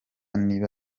niba